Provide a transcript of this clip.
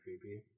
creepy